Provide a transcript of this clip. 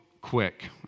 quick